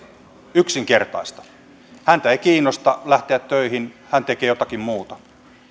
yksinkertaista häntä ei kiinnosta lähteä töihin hän tekee jotakin muuta